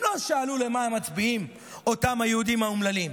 הם לא שאלו למה מצביעים אותם היהודים האומללים.